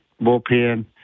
bullpen